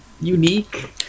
unique